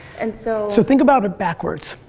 and so so think about it backwards.